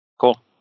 Cool